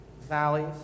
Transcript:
valleys